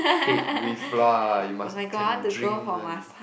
head with lah you must can drink one